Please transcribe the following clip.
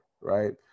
Right